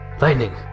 lightning